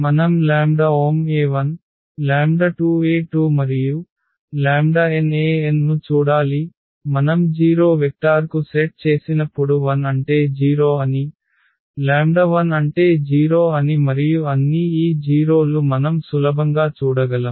మనం 1 e1 2 e2 మరియు n en ను చూడాలి మనం 0 వెక్టార్కు సెట్ చేసినప్పుడు 1 అంటే 0 అని 2అంటే 0 అని మరియు అన్నీ ఈ 0 లు మనం సులభంగా చూడగలం